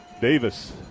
Davis